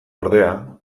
ordea